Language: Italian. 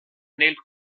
nel